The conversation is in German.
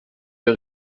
der